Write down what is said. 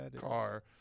car